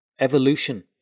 Evolution